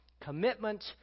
Commitment